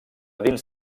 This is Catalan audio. dins